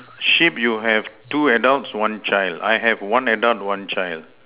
sheep you have two adults one child I have one adult one child